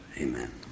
amen